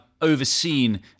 overseen